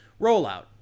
rollout